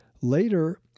Later